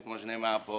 כמו שנאמר פה,